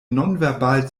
nonverbal